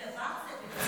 בבקשה.